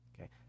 okay